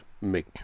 make